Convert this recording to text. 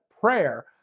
prayer